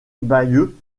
bayeux